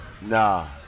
Nah